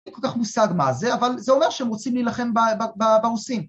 ‫אין לי כל כך מושג מה זה, ‫אבל זה אומר שהם רוצים להלחם ברוסים.